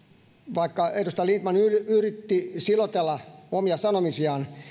vaikka edustaja lindtman yritti siloitella omia sanomisiaan